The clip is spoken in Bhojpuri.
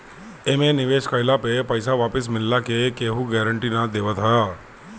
एमे निवेश कइला पे पईसा वापस मिलला के केहू गारंटी ना देवत हअ